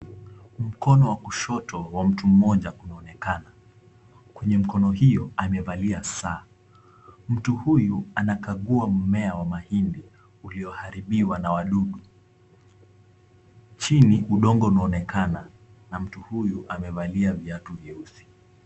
Mkono wa kushoto wa mtu mmoja unaonekana, kwenye mkono hiyo amevalia saa ,mtu huyu anakagua mmea wa mahindi ulioharibiwa na wadudu ,chini udongo unaonekana na mtu huyu amevalia viatu vieusi.